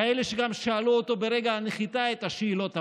כאלה שגם שאלו אותו ברגע הנחיתה את השאלות המגעילות: